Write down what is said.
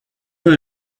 veut